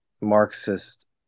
Marxist